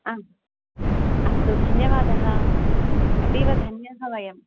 आम् अस्तु धन्यवादः अतीव धन्यः वयम्